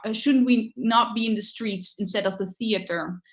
and shouldn't we not be in the streets instead of the theater?